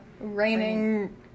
raining